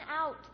out